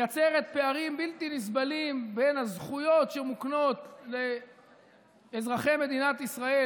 מייצרים פערים בלתי נסבלים בין הזכויות שמוקנות לאזרחי מדינת ישראל